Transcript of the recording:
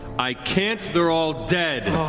i can't they're all dead.